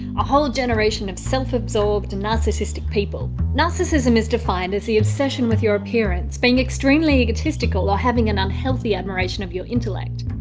a whole generation of self-absorbed, narcissistic people. narcissism is defined as the obsession with your appearance, being extremely egotistical, or having an unhealthy admiration of your intellect.